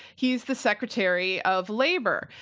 he's the secretary of labor.